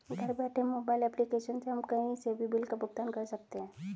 घर बैठे mobile application से हम कही से भी बिल का भुगतान कर सकते है